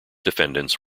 defendants